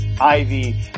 Ivy